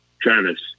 Travis